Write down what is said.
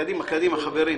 קדימה, חברים.